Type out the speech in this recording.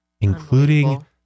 including